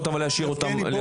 ולהשאיר אותם.